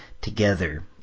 together